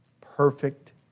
perfect